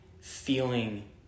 feeling